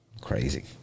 crazy